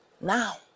now